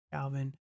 Calvin